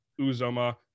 Uzoma